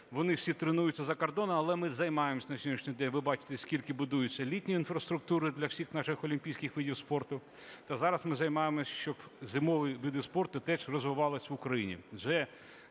вони всі тренуються за кордоном, але ми займаємося на сьогоднішній день, ви бачите, скільки будується літньої інфраструктури для всіх наших олімпійських видів спорту. Та зараз ми займаємося, щоб зимові види спорту теж розвивались в Україні.